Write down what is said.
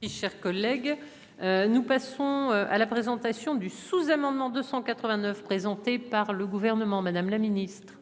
Y'chers collègues. Nous passons à la présentation du sous-amendement 289 présenté par le gouvernement. Madame la ministre.